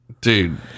Dude